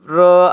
Bro